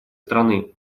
страны